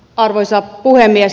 arvoisa puhemies